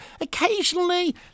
Occasionally